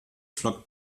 flockt